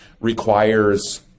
requires